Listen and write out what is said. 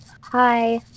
hi